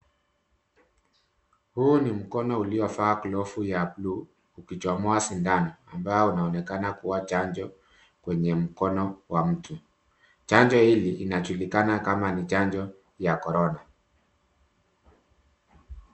Huu ni mkono uliovaa glavu ya buluu, ukichomoa sindano, ambao inaonekana kuwa chanjo kwenye mkono wa mtu. Chanjo hili inajulikana kama ni chanjo ya Corona